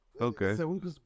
Okay